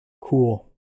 Cool